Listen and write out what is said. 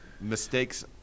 mistakes